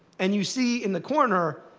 and you see, in the corner,